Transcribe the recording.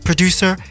producer